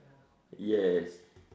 yes